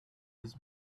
his